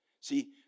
See